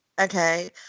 okay